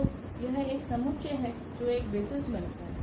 तो यह एक समुच्चय है जो एक बेसिस बनता है